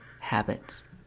habits